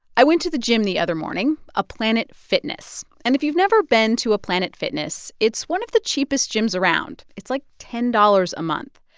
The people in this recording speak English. i went to the gym the other morning a planet fitness. and if you've never been to a planet fitness, it's one of the cheapest gyms around. it's, like, ten dollars a month.